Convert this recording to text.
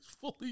fully